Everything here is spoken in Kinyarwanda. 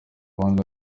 abandi